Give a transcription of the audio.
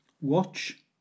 watch